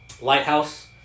lighthouse